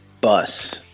bus